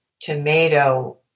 tomato